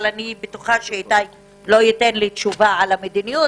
אבל אני בטוחה שאיתי לא ייתן לי תשובה על המדיניות,